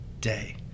day